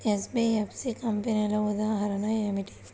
NBFC కంపెనీల ఉదాహరణ ఏమిటి?